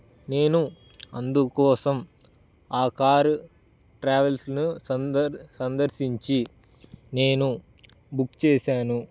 నేను అందుకోసం ఆ కారు ట్రావెల్స్ను సందర్ సందర్శించి నేను బుక్ చేశాను